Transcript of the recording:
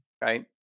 right